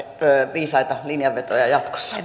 viisaita linjanvetoja jatkossa